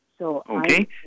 Okay